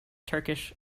turkish